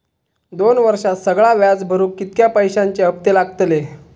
दोन वर्षात सगळा व्याज भरुक कितक्या पैश्यांचे हप्ते लागतले?